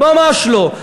ממש לא.